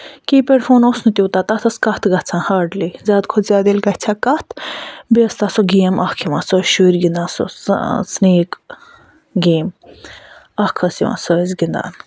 کی پٮ۪ڈ فون اوس نہٕ توٗتاہ تَتھ ٲسۍ کَتھ گژھان ہاڑلی زیادٕ کھۄتہٕ زیادٕ ییٚلہِ گژھِ ہا کَتھ بیٚیہِ ٲسۍ تَتھ سۄ گٮ۪م اکھ یِوان سۄ ٲسۍ شُری گِندان سۄ سِنٮ۪ک گٮ۪م اکھ ٲسۍ یِوان سۄ ٲسۍ گِندان